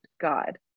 God